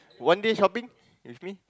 one day shopping with me